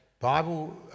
Bible